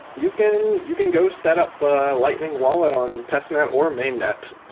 you can you can go set up a lightning wallet on test net or main net.